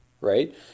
right